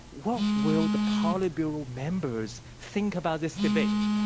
what will the politburo members think about this debate?